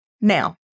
Now